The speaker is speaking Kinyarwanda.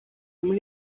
muri